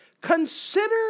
consider